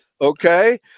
Okay